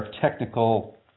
technical